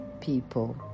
people